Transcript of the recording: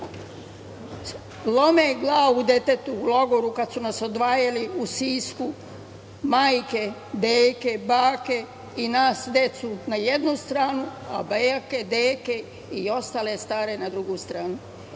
lome glavu detetu u logoru kada su nas odvajali u Sisku. Majke, deke, bake i nas decu na jednu stranu, a bake, deke i ostale stare na drugu stranu.